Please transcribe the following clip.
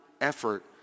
effort